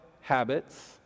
Habits